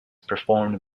performed